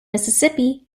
mississippi